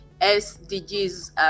SDGs